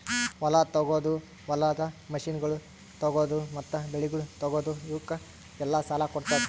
ಹೊಲ ತೊಗೋದು, ಹೊಲದ ಮಷೀನಗೊಳ್ ತೊಗೋದು, ಮತ್ತ ಬೆಳಿಗೊಳ್ ತೊಗೋದು, ಇವುಕ್ ಎಲ್ಲಾ ಸಾಲ ಕೊಡ್ತುದ್